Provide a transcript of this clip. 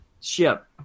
Ship